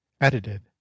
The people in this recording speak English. edited